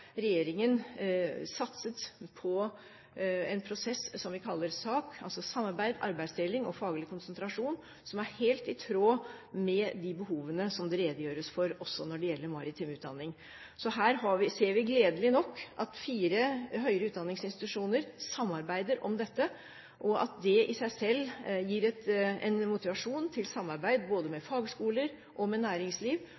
regjeringen satset på en prosess som vi kaller SAK, altså samarbeid, arbeidsdeling og faglig konsentrasjon, som er helt i tråd med de behovene som det redegjøres for også når det gjelder maritim utdanning. Så her ser vi, gledelig nok, at fire høyere utdanningsinstitusjoner samarbeider om dette, og at det i seg selv gir motivasjon til samarbeid både med